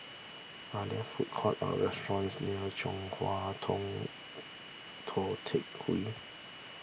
are there food courts or restaurants near Chong Hua Tong Tou Teck Hwee